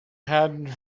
hadn’t